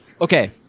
Okay